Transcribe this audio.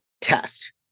test